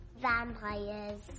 Vampires